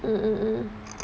um